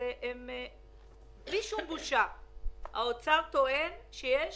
אני רואה שמשרד האוצר טוען שיש